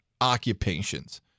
occupations